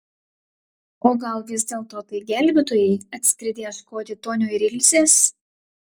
o gal vis dėlto tai gelbėtojai atskridę ieškoti tonio ir ilzės